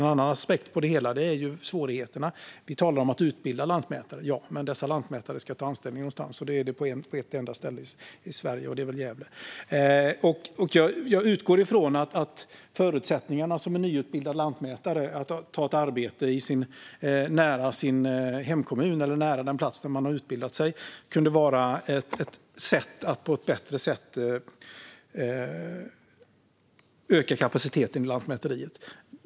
En annan aspekt på det hela är svårigheterna. Vi talar om att utbilda lantmätare - ja, men dessa lantmätare ska ta anställning någonstans, och då är det på ett enda ställe i Sverige, i Gävle. Jag utgår ifrån att om det fanns förutsättningar att som nyutbildad lantmätare ta ett arbete i sin hemkommun, eller nära den plats där man har utbildat sig, kunde det vara ett sätt att öka kapaciteten vid Lantmäteriet.